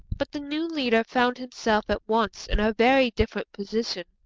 but the new leader found himself at once in a very different position.